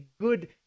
good